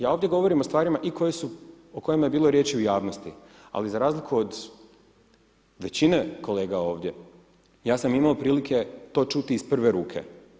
Ja ovdje govorim o stvarima o kojima je bilo riječi u javnosti ali za razliku od većine kolega ovdje, ja sam imao prilike to čuti iz prve ruke.